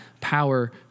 power